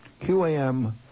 QAM